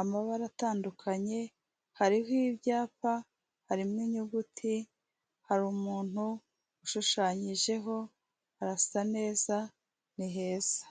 amabara atandukanye, hariho ibyapa, harimo inyuguti, hari umuntu ushushanyijeho arasa neza, ni heza.